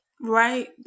Right